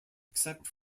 except